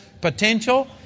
potential